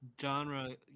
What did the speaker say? genre